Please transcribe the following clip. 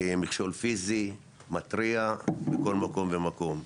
מכשול פיזי מתריע בכל מקום ומקום.